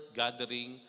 gathering